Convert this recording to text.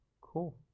Cool